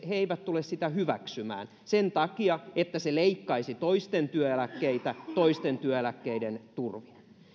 he eivät tule sitä hyväksymään sen takia että se leikkaisi toisten työeläkkeitä toisten työeläkkeiden